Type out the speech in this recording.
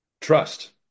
Trust